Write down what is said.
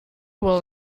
will